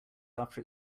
after